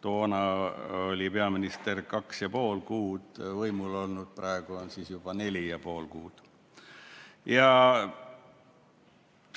Toona oli peaminister kaks ja pool kuud võimul olnud, praegu on siis juba neli ja pool kuud.